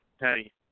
hey